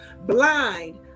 blind